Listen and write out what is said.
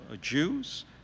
Jews